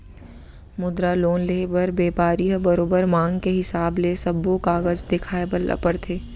मुद्रा लोन लेहे बर बेपारी ल बरोबर मांग के हिसाब ले सब्बो कागज देखाए ल परथे